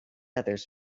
others